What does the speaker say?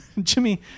Jimmy